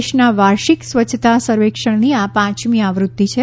દેશના વાર્ષિક સ્વચ્છતા સર્વેક્ષણની આ પાંચમી આવૃત્તિ છે